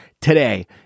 today